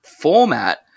format